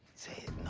say it,